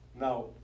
Now